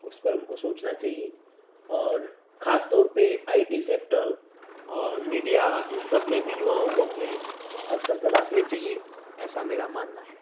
اس پر ان کو سوچنا چاہیے اور خاص طور پہ آئی ٹی سیکٹر اور میڈیا ان سب میں بھی یوواؤں کو اپنے اوسر تلاشنے چاہیے ایسا میرا ماننا ہے